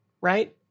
right